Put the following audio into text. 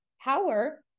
power